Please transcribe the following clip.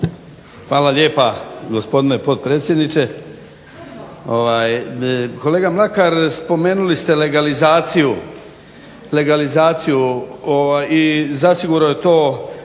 Hvala lijepa gospodine potpredsjedniče. Kolega Mlakar, spomenuli ste legalizaciju i zasigurno je to